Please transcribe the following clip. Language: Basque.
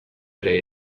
ere